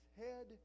head